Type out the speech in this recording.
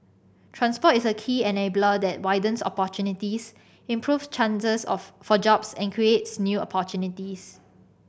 transport is a key enabler that widens opportunities improve chances for jobs and creates new opportunities